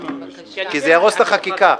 כי זה יהרוס את החקיקה.